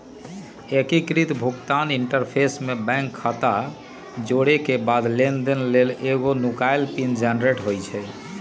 एकीकृत भुगतान इंटरफ़ेस में बैंक खता जोरेके बाद लेनदेन लेल एगो नुकाएल पिन जनरेट होइ छइ